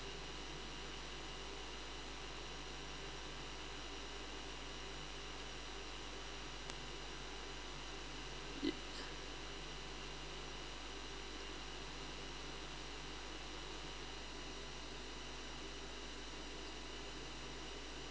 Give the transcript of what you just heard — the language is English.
it